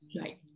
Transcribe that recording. right